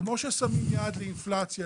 כמו ששמים יעד לאינפלציה,